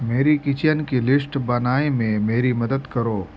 میری کچن کی لسٹ بنائے میں میری مدد کرو